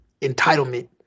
entitlement